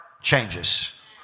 changes